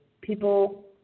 people